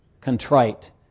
Contrite